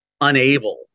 unable